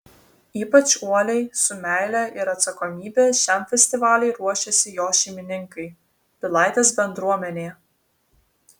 ypač uoliai su meile ir atsakomybe šiam festivaliui ruošiasi jo šeimininkai pilaitės bendruomenė